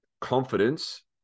confidence